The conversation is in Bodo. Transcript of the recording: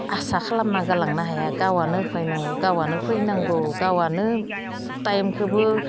आसा खालामना गालांनो हाया गावआनो होफैनांगौ गावआनो फैनांगौ गावआनो टाइमखौबो